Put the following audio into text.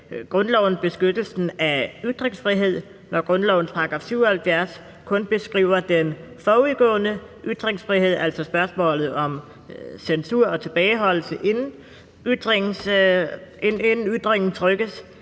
grundloven beskyttelse af ytringsfrihed, når grundlovens § 77 kun beskriver den forudgående ytringsfrihed, altså spørgsmålet om censur og tilbageholdelse, inden ytringen trykkes,